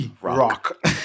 rock